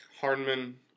Hardman